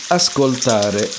ascoltare